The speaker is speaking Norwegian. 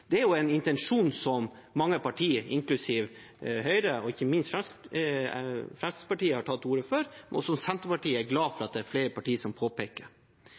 Det er jo en intensjon som mange partier, inklusive Høyre, og ikke minst Fremskrittspartiet, har tatt til orde for, og som Senterpartiet er glad for at det er flere partier som påpeker.